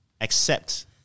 accept